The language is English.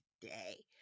today